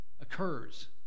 occurs